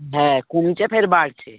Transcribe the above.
হ্যাঁ কমছে ফের বাড়ছে